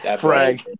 Frank